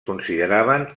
consideraven